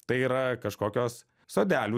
tai yra kažkokios sodelių